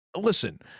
listen